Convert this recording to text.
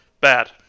Bad